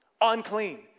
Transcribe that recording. unclean